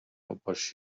ﺧﻮﺭﺩﯾﻢ